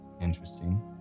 interesting